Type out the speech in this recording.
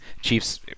Chiefs